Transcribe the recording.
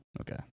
Okay